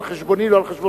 על חשבוני לא על חשבונך,